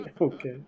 Okay